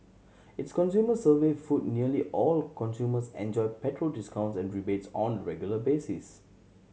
its consumer survey found nearly all consumers enjoy petrol discounts and rebates on a regular basis